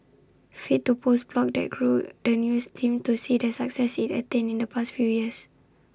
fit to post blog that grew the news team to see the success IT attained in the past few years